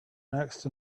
next